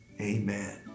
amen